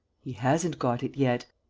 he hasn't got it yet!